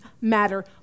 matter